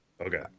Okay